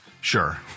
Sure